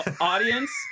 audience